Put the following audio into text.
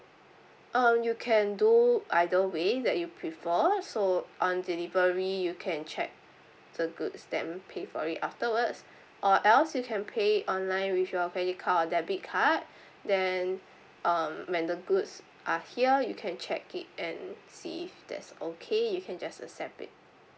oh you can do either ways that you prefer so on delivery you can check the goods then pay for it afterwards or else you can pay online with your credit card or debit card then um when the goods are here you can check it and see if that's okay you can just accept it